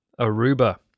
Aruba